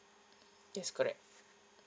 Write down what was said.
yes correct